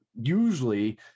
usually